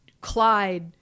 Clyde